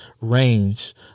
range